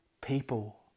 people